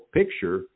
picture